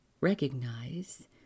recognize